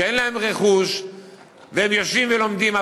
שאין להן רכוש והבעלים יושבים ולומדים.